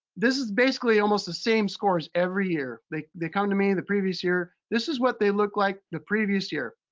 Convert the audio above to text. this is basically almost the same scores every year. they they come to me the previous year, this is what they look like the previous year.